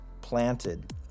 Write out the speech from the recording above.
planted